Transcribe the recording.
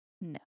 no